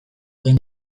egin